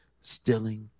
stealing